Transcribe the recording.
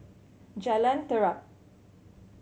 Jalan Terap